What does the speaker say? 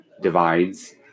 divides